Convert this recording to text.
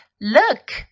Look